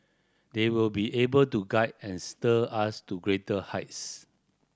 they will be able to guide and steer us to greater heights